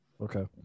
Okay